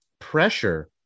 pressure